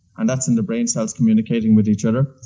and that's in the brain cells communicating with each other.